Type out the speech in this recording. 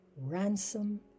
ransom